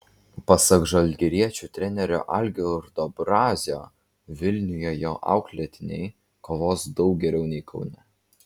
pasak žalgiriečių trenerio algirdo brazio vilniuje jo auklėtiniai kovos daug geriau nei kaune